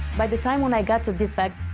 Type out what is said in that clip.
by the time when i got to defect,